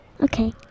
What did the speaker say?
Okay